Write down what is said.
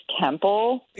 Temple